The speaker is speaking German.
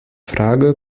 frage